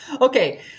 okay